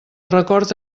record